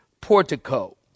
portico